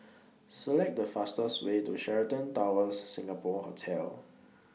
Select The fastest Way to Sheraton Towers Singapore Hotel